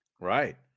right